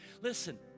Listen